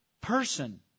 person